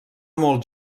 molt